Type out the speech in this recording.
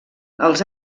els